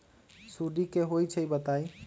सुडी क होई छई बताई?